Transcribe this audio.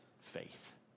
faith